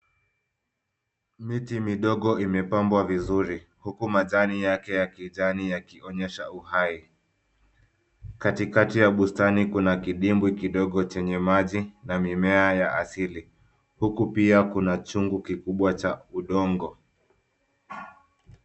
Miti midogo imepambwa vizuri. Huku majani yake ya kijani yakionyesha uhai. Katikati ya bustani kuna kidimbwi kidogo chenye maji na mimea ya asili. Huku pia kuna chungu kikubwa cha udongo.